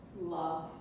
love